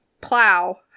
Plow